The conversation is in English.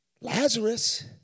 Lazarus